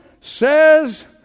says